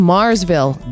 Marsville